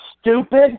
stupid